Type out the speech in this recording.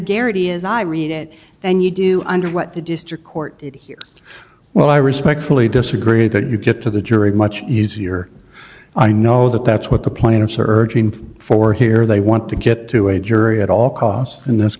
guarantee as i read it then you do under what the district court did here well i respectfully disagree that you get to the jury much easier i know that that's what the plaintiffs are urging for here they want to get to a jury at all costs in this